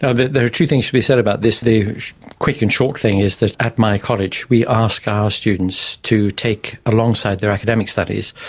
ah there are two things to be said about this. the quick and short thing is that at my college we ask our students to take, alongside their academic studies,